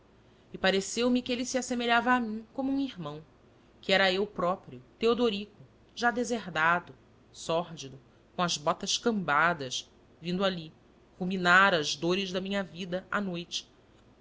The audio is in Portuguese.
e pareceu-me que ele se assemelhava a mim como um irmão que era eu próprio teodorico já deserdado sórdido com as botas cambadas vindo ali ruminar as dores da minha vida à noite